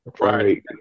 Right